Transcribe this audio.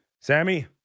Sammy